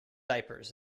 diapers